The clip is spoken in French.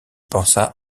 pensa